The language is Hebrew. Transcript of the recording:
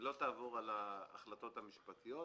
היא לא תעבור על ההחלטות המשפטיות,